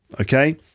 Okay